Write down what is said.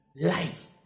life